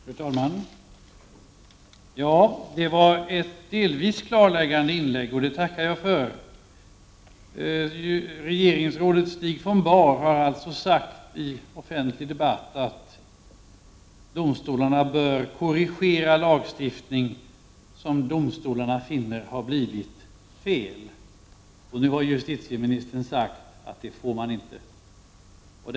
Fru talman! Det var ett delvis klarläggande inlägg, och det tackar jag för. Regeringsrådet Stig von Bahr har alltså i offentlig debatt sagt att domstolarna bör korrigera lagstiftning som de finner har blivit fel. Och nu har justitieministern sagt att de inte får göra det.